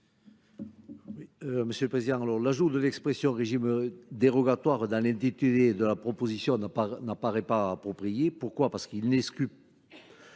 Monsieur le Président, alors l'ajout de l'expression régime dérogatoire dans l'individu et de la proposition n'apparaît pas approprié. Pourquoi ? Parce qu'il n'excupe pas